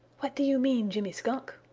what do you mean, jimmy skunk,